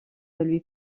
lui